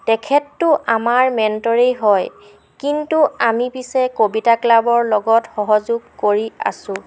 তেখেততো আমাৰ মেণ্টৰেই হয় কিন্তু আমি পিছে কবিতা ক্লাবৰ লগত সহযোগ কৰি আছো